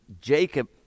Jacob